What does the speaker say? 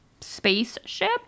spaceship